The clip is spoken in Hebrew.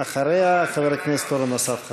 אחריה, חבר הכנסת אורן אסף חזן.